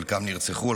חלקם נרצחו,